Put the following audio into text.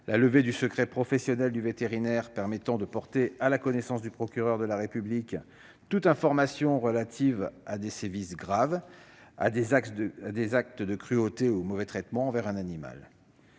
La levée du secret professionnel du vétérinaire permettra de porter à la connaissance du procureur de la République toute information relative à des sévices graves, à des actes de cruauté ou à de mauvais traitements envers un animal.